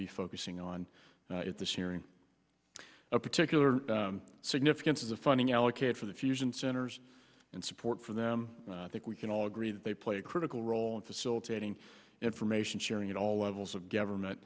be focusing on at this hearing a particular significance is the funding allocated for the fusion centers and support for them that we can all agree that they play a critical role in facilitating information sharing at all levels of government